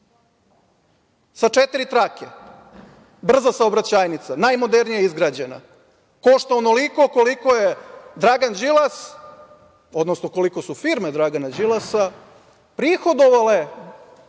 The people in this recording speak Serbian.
sa četiri trake, brza saobraćajnica, najmodernije izgrađena, košta onoliko koliko je Dragan Đilas, odnosno koliko su firme Dragana Đilasa prihodovale,